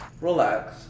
relax